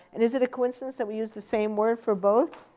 and is it a coincidence that we use the same word for both?